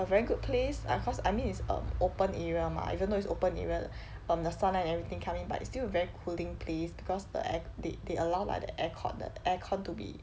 a very good place like cause I mean it's um open area mah even though it's open area um the sunlight and everything come in but it's still very cooling place because the air~ they they allow like the aircon aircon to be